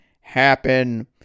HAPPEN